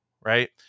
Right